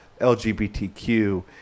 LGBTQ